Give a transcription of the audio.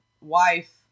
wife